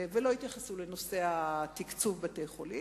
הזה ולא התייחסו לנושא תקצוב בתי-חולים,